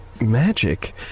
magic